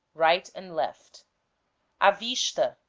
right and left a vista,